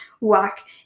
walk